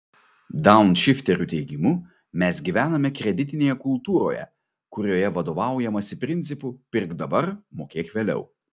daunšifterių teigimu mes gyvename kreditinėje kultūroje kurioje vadovaujamasi principu pirk dabar mokėk vėliau